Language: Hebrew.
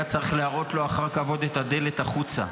היה צריך להראות לו אחר כבוד את הדלת החוצה.